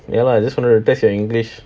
ya lah I just want to test your english